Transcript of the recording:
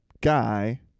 guy